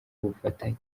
ubufatanye